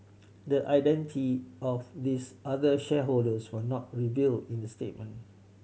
the identity of these other shareholders were not revealed in the statement